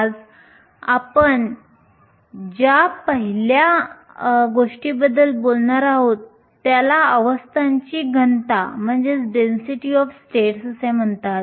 आज आपण ज्या पहिल्या गोष्टीबद्दल बोलणार आहोत त्याला अवस्थांची घनता म्हणतात